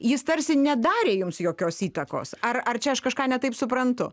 jis tarsi nedarė jums jokios įtakos ar ar čia aš kažką ne taip suprantu